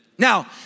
Now